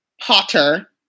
Potter